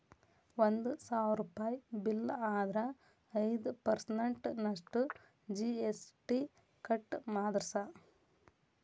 ಒಂದ್ ಸಾವ್ರುಪಯಿ ಬಿಲ್ಲ್ ಆದ್ರ ಐದ್ ಪರ್ಸನ್ಟ್ ನಷ್ಟು ಜಿ.ಎಸ್.ಟಿ ಕಟ್ ಮಾದ್ರ್ಸ್